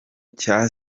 cya